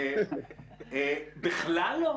לא?